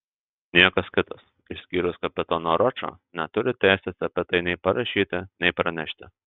niekas kitas išskyrus kapitoną ročą neturi teisės apie tai nei parašyti nei pranešti